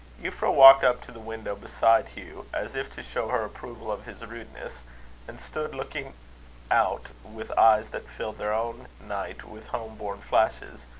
euphra walked up to the window beside hugh, as if to show her approval of his rudeness and stood looking out with eyes that filled their own night with home-born flashes,